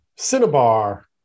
Cinnabar